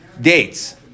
dates